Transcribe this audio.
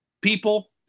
people